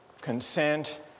consent